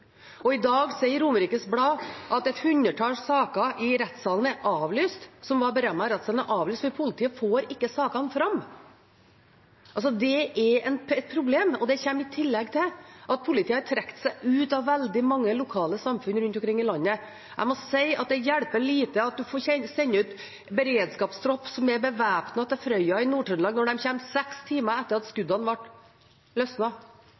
Og i dag melder Romerikes Blad at et hundretalls saker som var berammet i rettssalen, er avlyst, for politiet får ikke sakene fram. Det er et problem, og det kommer i tillegg til at politiet har trukket seg ut av veldig mange lokalsamfunn rundt omkring i landet. Jeg må si at det hjelper lite at en får sende ut en beredskapstropp som er bevæpnet til Frøya i Nord-Trøndelag når de kommer seks timer etter at